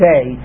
Say